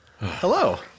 Hello